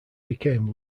became